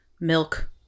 milk